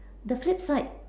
the flip side